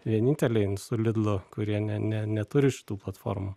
vieninteliai su lidlu kurie ne ne neturi šitų platformų